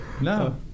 no